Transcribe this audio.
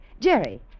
Jerry